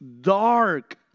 dark